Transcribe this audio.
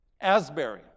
Asbury